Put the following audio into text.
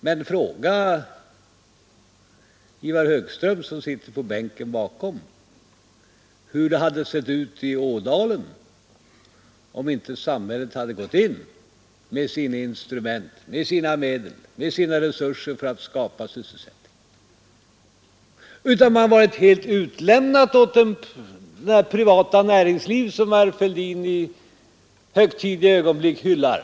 Men fråga Ivar Högström, som sitter på bänken bakom, hur det hade sett ut i Ådalen, om inte samhället hade gått in med sina instrument och sina resurser för att skapa sysselsättning, utan man hade varit helt utlämnad åt det privata näringsliv som herr Fälldin i högtidliga ögonblick hyllar.